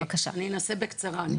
אני אנסה בקצרה.